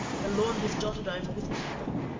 the lawn was dotted over with timber,